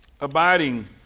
abiding